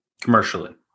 Commercially